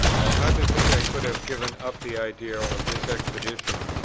i hardly think i could have given up the idea of this expedition,